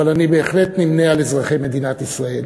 אבל אני בהחלט נמנה עם אזרחי מדינת ישראל,